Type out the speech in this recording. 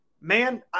man